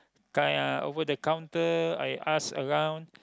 kind ah over the counter I ask around